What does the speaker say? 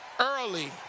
early